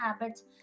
habits